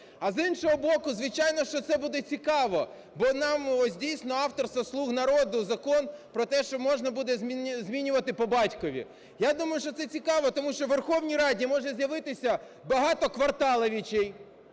А, з іншого боку, звичайно, що це буде цікаво, бо ось, дійсно, авторства "слуг народу" закон про те, що можна буде змінювати по батькові. Я думаю, що це цікаво, тому що у Верховній Раді може з'явитися багато "кварталовичей",